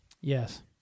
yes